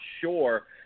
sure